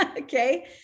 okay